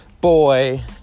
Boy